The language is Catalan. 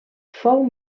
fou